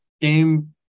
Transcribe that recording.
game